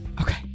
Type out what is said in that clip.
Okay